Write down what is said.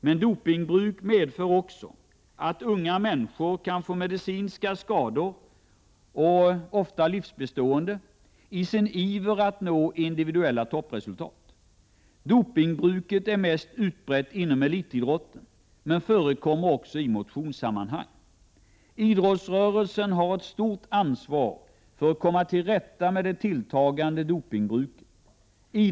Men dopingbruk medför också att unga människor kan få medicinska skador — ofta livsbestående —i sin iver att nå individuella toppresultat. Dopingbruket är mest utbrett inom elitidrotten men förekommer också i motionssammanhang. Idrottsrörelsen har ett stort ansvar för att komma till rätta med det tilltagande dopingbruket.